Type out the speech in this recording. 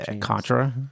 Contra